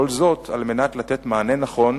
וכל זאת על מנת לתת מענה נכון